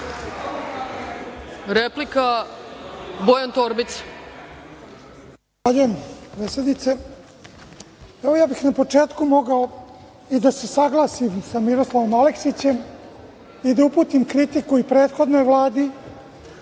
Replika, Bojan Torbica.